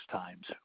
times